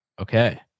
Okay